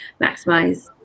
maximize